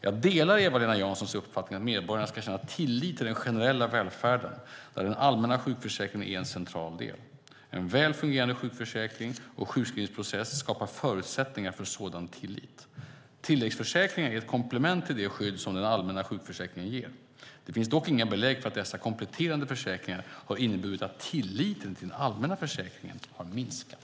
Jag delar Eva-Lena Janssons uppfattning att medborgarna ska känna tillit till den generella välfärden, där den allmänna sjukförsäkringen är en central del. En väl fungerande sjukförsäkring och sjukskrivningsprocess skapar förutsättningar för en sådan tillit. Tilläggsförsäkringar är ett komplement till det skydd som den allmänna sjukförsäkringen ger. Det finns dock inga belägg för att dessa kompletterande försäkringar har inneburit att tilliten till den allmänna försäkringen har minskat.